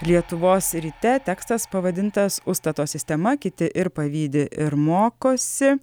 lietuvos ryte tekstas pavadintas ustato sistema kiti ir pavydi ir mokosi